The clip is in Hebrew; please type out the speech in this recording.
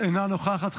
אינה נוכחת,